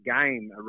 game